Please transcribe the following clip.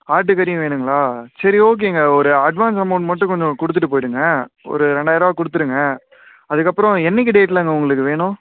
ஆட்டுக்கறியும் வேணும்களா சரி ஓகேங்க ஒரு அட்வான்ஸ் அமௌண்ட் மட்டும் கொஞ்சம் கொடுத்துட்டு போயிருங்க ஒரு ரெண்டாயிரரூவா கொடுத்துருங்க அதுக்கு அப்புறோம் என்னைக்கு டேட்டுலங்க உங்களுக்கு வேணும்